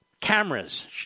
cameras